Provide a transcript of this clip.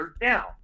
down